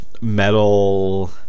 metal